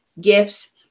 gifts